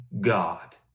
God